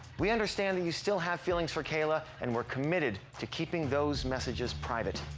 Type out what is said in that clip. we understand that you still have feelings for kayla. and we're committed to keeping those messages private.